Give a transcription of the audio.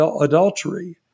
adultery